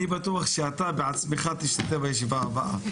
אני בטוח שאתה בעצמך תשתתף בישיבה הבאה....